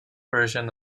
version